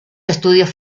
estudios